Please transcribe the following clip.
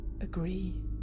agree